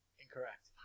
Incorrect